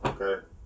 okay